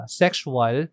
sexual